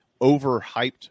overhyped